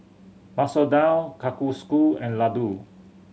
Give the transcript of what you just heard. Masoor Dal Kalguksu and Ladoo